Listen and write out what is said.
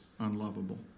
unlovable